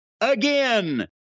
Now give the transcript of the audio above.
again